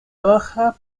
baja